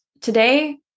today